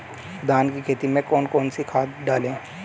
धान की खेती में कौन कौन सी खाद डालें?